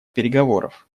переговоров